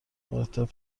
مرتب